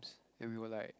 and we will like